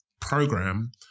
program